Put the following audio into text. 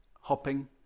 hopping